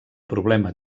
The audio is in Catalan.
problema